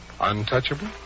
Untouchable